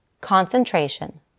concentration